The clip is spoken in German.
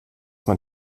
mein